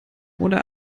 oder